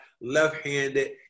left-handed